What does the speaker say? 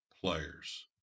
players